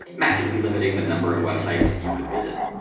massively limiting the number of websites you could visit.